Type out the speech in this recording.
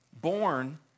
born